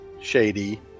shady